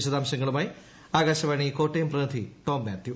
വിശദാംശങ്ങളുമായി ആകാശവാണി കോട്ടയം പ്രതിനിധി ടോം മാത്യു